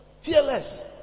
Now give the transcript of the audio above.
Fearless